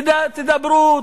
תדברו,